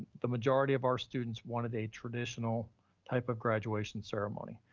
the majority of our students wanted a traditional type of graduation ceremony.